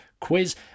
quiz